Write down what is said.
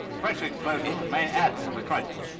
fresh explosions may add to the crisis.